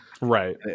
Right